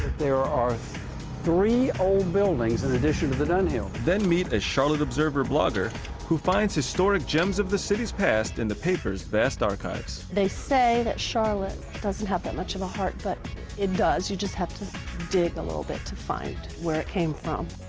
there are three old buildings in addition to the dunhill. narrator then meet a charlotte observer blogger who finds historic gems of the city's past in the paper's vast archives. they say that charlotte doesn't have much of a heart, but it does. you just have to dig a little bit to find where it came from.